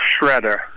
shredder